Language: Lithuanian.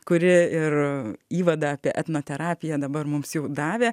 kuri ir įvadą apie etnoterapiją dabar mums jau davė